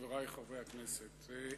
חברי חברי הכנסת,